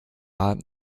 abend